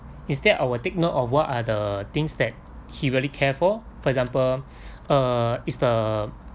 instead I'll take note of what are the things that he really care for for example uh is the